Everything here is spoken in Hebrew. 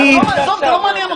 אחר כך.